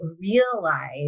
realize